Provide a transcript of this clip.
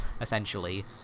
essentially